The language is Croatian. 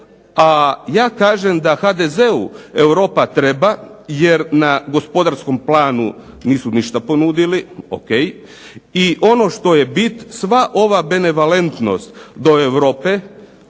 a ja kažem da HDZ-u Europa treba jer na gospodarskom planu nisu ništa ponudili, ok, i ono što je bit sva ova benevolentnost do Europe,